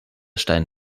stein